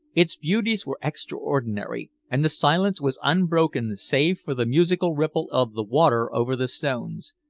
its beauties were extraordinary, and the silence was unbroken save for the musical ripple of the water over the stones.